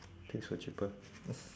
things were cheaper